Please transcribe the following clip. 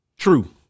True